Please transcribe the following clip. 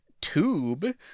tube